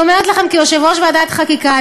אני אומרת לכם כיושבת-ראש ועדת השרים לחקיקה,